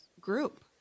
group